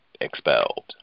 expelled